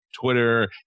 Twitter